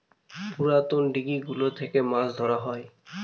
পুরাতন দিঘি গুলো থেকে মাছ ধরা হয়